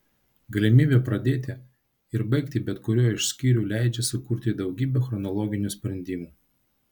galimybė pradėti ir baigti bet kuriuo iš skyrių leidžia sukurti daugybę chronologinių sprendimų